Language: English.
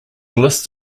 list